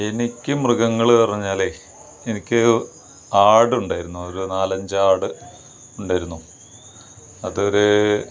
എനിക്ക് മൃഗങ്ങള് പറഞ്ഞാലേ എനിക്ക് ആടുണ്ടായിരുന്നു ഒരു നാലഞ്ച് ആട് ഉണ്ടായിരുന്നു അതൊരു